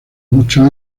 muchos